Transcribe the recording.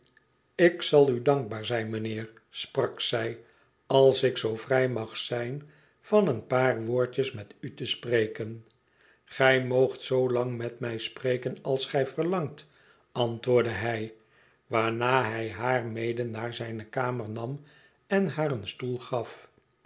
ik zal u dankbaar zijn mijnheer sprak zij als ik zoo vrij mag zijn van een paar woordjes met u te spreken igij moogt zoo lang met mij spreken als gij verlangt antwoordde hij waarna hij haar mede naar zijne kamer nam en haar een stoel gaf